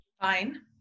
Fine